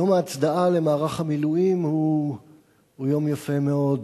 יום ההצדעה למערך המילואים הוא יום יפה מאוד.